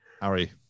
Harry